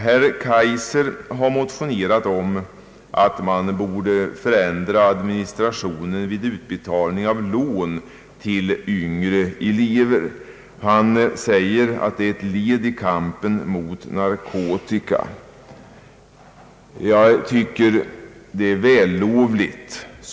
Herr Kaijser har motionerat om att man borde förändra administrationen vid utbetalning av lån till yngre elever. Han säger att det skulle vara ett led i kampen mot narkotika.